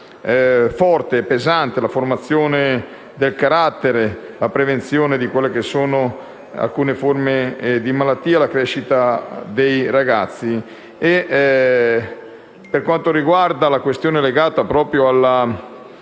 forte e pesante: la formazione del carattere, la prevenzione di alcune forme di malattia e la crescita dei ragazzi. Per quanto riguarda la questione legata